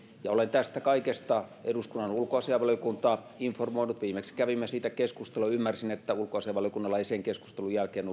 olen tästä kaikesta eduskunnan ulkoasiainvaliokuntaa informoinut viimeksi kävimme siitä keskustelua ja ymmärsin että ulkoasiainvaliokunnalla ei sen keskustelun jälkeen